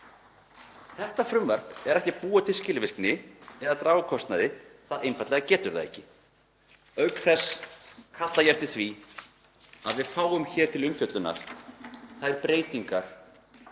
Þetta frumvarp er ekki að búa til skilvirkni eða draga úr kostnaði, það einfaldlega getur það ekki. Auk þess kalla ég eftir því að við fáum hér til umfjöllunar þær breytingar